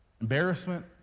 embarrassment